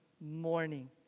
morning